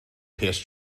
pierce